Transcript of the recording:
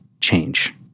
change